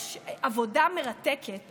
יש עבודה מרתקת